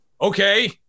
okay